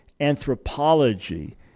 anthropology